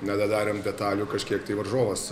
nedadarėm detalių kažkiek tai varžovas